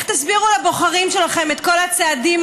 איך תסבירו לבוחרים שלכם את כל הצעדים